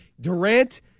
Durant